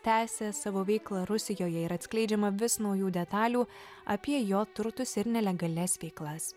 tęsia savo veiklą rusijoje ir atskleidžiama vis naujų detalių apie jo turtus ir nelegalias veiklas